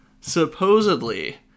supposedly